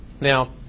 Now